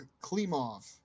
klimov